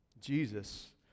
Jesus